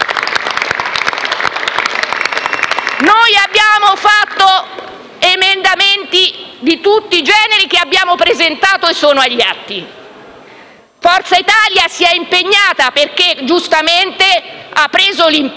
Noi abbiamo predisposto emendamenti di tutti i generi, che abbiamo presentato e sono agli atti. Forza Italia si è impegnata perché, giustamente, ha preso l'impegno